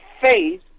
faith